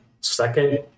second